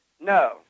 No